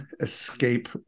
escape